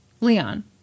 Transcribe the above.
Leon